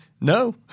no